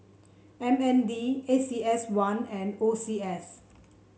M N D A C S one and O C S